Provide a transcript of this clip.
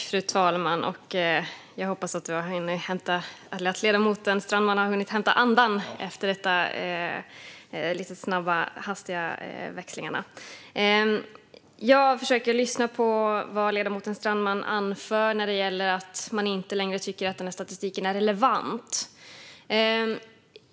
Fru talman! Jag försökte lyssna på vad ledamoten Strandman anförde när det gäller att han inte tycker att denna statistik längre är relevant.